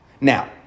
Now